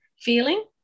feeling